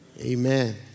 Amen